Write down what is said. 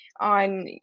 on